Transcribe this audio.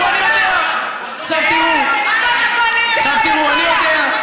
עכשיו תראו, אני יודע,